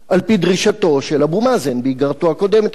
על-פי דרישתו של אבו מאזן באיגרתו הקודמת אליו.